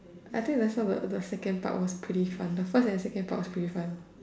I think we also got the second part was pretty fun the first and the second part was pretty fun